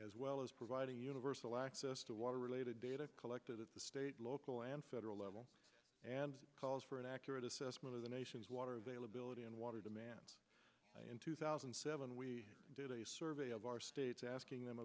as well as providing universal access to water related data collected at the state local and federal level and calls for an accurate assessment of the nation's water availability and water demand in two thousand and seven we did a survey of our states asking them